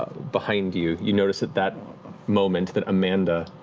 behind you, you notice at that moment that amanda,